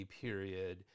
period